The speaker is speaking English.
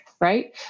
right